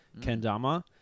kendama